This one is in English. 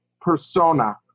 persona